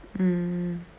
mm